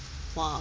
!wah!